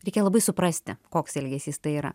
reikia labai suprasti koks elgesys tai yra